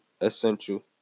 essential